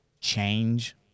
change